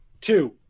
two